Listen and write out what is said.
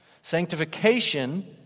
Sanctification